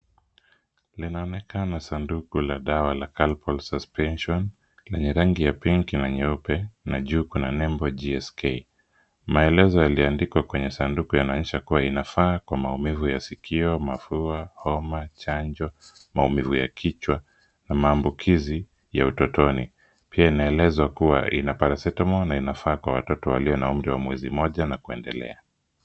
Iinalonekana ni sanduku la dawa ya Calpol Suspension lenye rangi ya pinki na nyeupe, na juu kuna nembo ya GSK. Maelezo yaliyoandikwa kwenye sanduku yanaonyesha kuwa inafaa kwa maumivu ya sikio, mafua, homa, chanjo, maumivu ya kichwa, na maambukizi ya utotoni. Pia yanaelezwa kuwa ina paracetamol, na inafaa kwa watoto walio na umri wa mwezi mmoja na kuendelea.